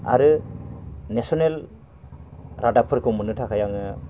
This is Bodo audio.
आरो नेसेनेल रादाबफोरखौ मोननो थाखाय आङो